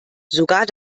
sogar